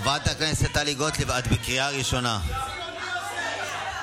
זו הייתה הערה.